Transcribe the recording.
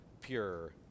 pure